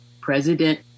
president